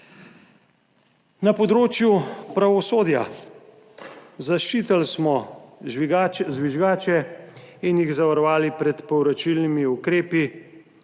Na področju pravosodja, zaščitili smo žvižgače in jih zavarovali pred povračilnimi ukrepi.